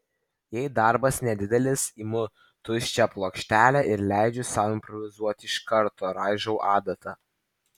jei darbas nedidelis imu tuščią plokštelę ir leidžiu sau improvizuoti iš karto raižau adata